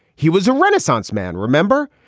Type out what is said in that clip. he was a renaissance man. remember,